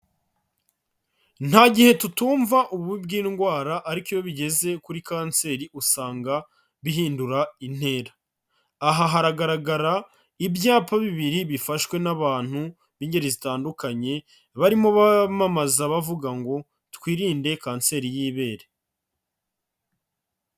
Nta gihe tutumva ububi bw'indwara ariko iyo bigeze kuri kanseri usanga bihindura intera, aha hagaragara ibyapa bibiri bifashwe n'abantu b'ingeri zitandukanye barimo bamamaza bavuga ngo: "twirinde kanseri y'ibere".